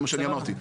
זה מה שאני אמרתי.